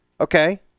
okay